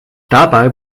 dabei